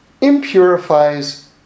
impurifies